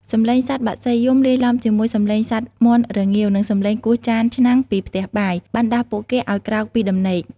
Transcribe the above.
សំឡេងសត្វបក្សីយំ លាយឡំជាមួយសំឡេងសត្វមាន់រងាវ និងសំឡេងគោះចានឆ្នាំងពីផ្ទះបាយ បានដាស់ពួកគេឲ្យក្រោកពីដំណេក។